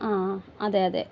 ആ അതെയതെ